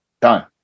Done